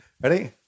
Ready